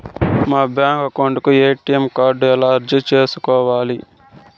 మా bank account కు ATM card ఎలా అర్జీ సేసుకోవాలి?